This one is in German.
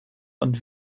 und